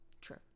True